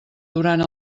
durant